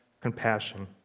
compassion